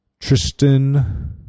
Tristan